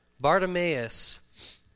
Bartimaeus